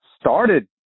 started